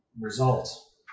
results